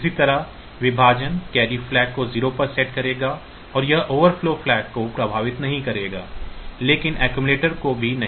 इसी तरह विभाजन कैरी फ्लैग को 0 पर सेट करेगा और यह ओवरफ्लो फ्लैग को प्रभावित नहीं करेगा लेकिन अक्सुमुलेटर को भी नहीं